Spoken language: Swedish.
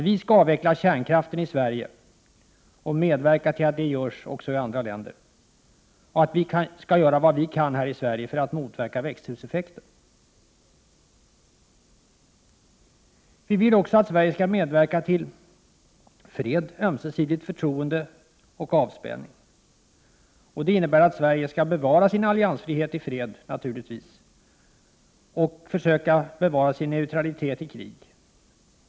Vi skall avveckla kärnkraften i Sverige och medverka till att så görs också i andra länder. Vi skall göra vad vi kan här i Sverige för att motverka växthuseffekten. Vi vill också att Sverige skall medverka till fred, ömsesidigt förtroende och avspänning. Det innebär naturligtvis att Sverige skall bevara sin alliansfrihet i fred och försöka bevara sin neutralitet i krig.